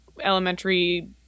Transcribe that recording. elementary